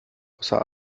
außer